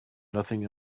nothing